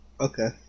Okay